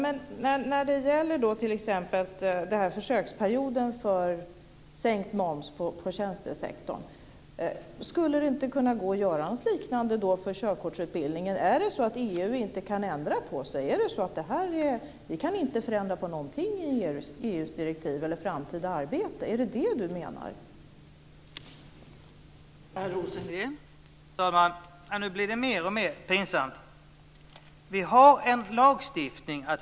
Fru talman! Jag tänker på försöksperioden för sänkt moms på tjänstesektorn. Skulle det inte kunna gå att göra något liknande för körkortsutbildningen? Kan inte EU ändra på sig? Kan vi inte förändra någonting i EU:s direktiv eller framtida arbete? Är det det som Per Rosengren menar?